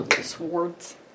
Swords